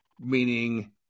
meaning